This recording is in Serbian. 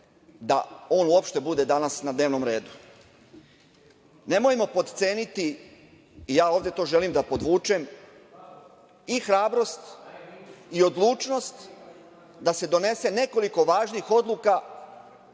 da on uopšte bude danas na dnevnom redu. Nemojmo potceniti, ja ovde to želim da podvučem i hrabrost i odlučnost da se donese nekoliko važnih odluka